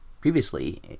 previously